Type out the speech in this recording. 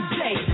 day